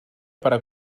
para